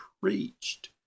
preached